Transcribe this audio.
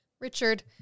Richard